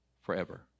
forever